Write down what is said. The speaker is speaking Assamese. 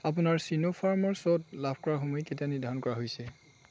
আপোনাৰ চিনঅ'ফাৰমত শ্বট লাভ কৰাৰ সময় কেতিয়া নিৰ্ধাৰণ কৰা হৈছে